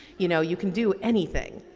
you know you can do anything.